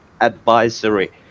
advisory